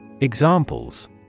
Examples